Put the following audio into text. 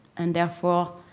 and therefore,